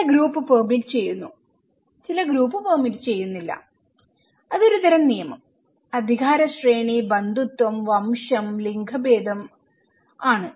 ചില group permit ചെയ്യുന്നു ചില ഗ്രൂപ്പ് പെർമിറ്റ് ചെയ്യുന്നില്ല അത് ഒരു തരം നിയമം അധികാരശ്രേണി ബന്ധുത്വം വംശം ലിംഗഭേദം ആണ്